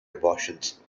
abortions